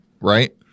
right